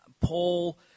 Paul